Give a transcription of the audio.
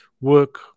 work